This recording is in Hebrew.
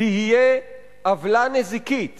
תהיה עוולה נזיקית